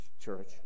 church